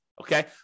okay